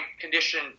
condition